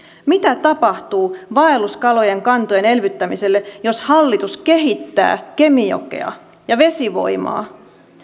mitä tapahtuu vaelluskalojen kantojen elvyttämiselle jos hallitus kehittää kemijokea ja vesivoimaa